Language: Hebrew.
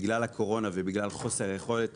בגלל הקורונה ובגלל חוסר היכולת